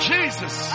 Jesus